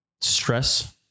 stress